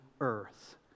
earth